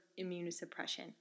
immunosuppression